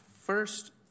first